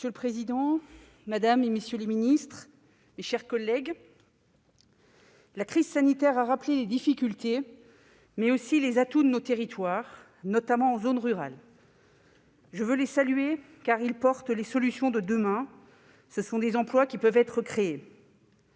Monsieur le président, madame la ministre, monsieur le secrétaire d'État, mes chers collègues, la crise sanitaire a rappelé les difficultés, mais aussi les atouts de nos territoires, notamment en zone rurale. Je veux les saluer, car ils portent en eux les solutions de demain : ce sont des emplois qui peuvent être créés.